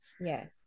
yes